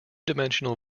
dimensional